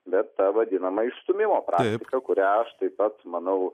bet ta vadinama išstūmimo praktika kurią aš taip pat manau